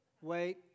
Wait